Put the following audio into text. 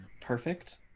perfect